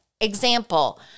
Example